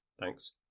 Thanks